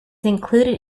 included